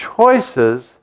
choices